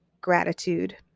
gratitude